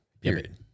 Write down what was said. Period